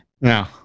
No